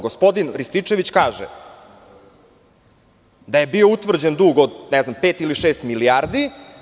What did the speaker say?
Gospodin Rističević kaže da je bio utvrđen dug od pet ili šest milijardi.